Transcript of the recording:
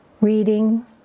reading